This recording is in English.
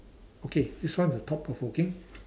okay this one is a thought provoking